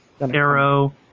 Arrow